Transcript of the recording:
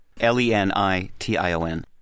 L-E-N-I-T-I-O-N